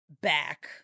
back